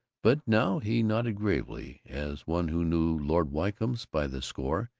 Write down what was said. but now he nodded gravely, as one who knew lord wycombes by the score,